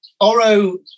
Oro